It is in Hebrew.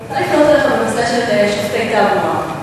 רוצה לשאול בנושא של שופטי תעבורה.